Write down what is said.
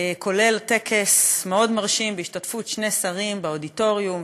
כולל טקס מאוד מרשים בהשתתפות שני שרים באודיטוריום,